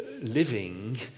living